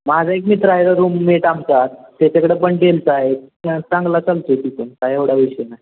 माझा एक मित्र आहे तो रूममेट आमचा त्याच्याकडं पण डेलचा आहे चांगला चालतो आहे तो पण काय एवढा विषय नाही